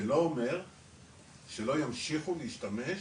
זה לא אומר שלא ימשיכו להשתמש